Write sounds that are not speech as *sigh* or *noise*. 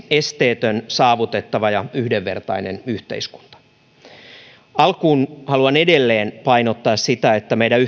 esteetön saavutettava ja yhdenvertainen yhteiskunta alkuun haluan edelleen painottaa sitä että meidän *unintelligible*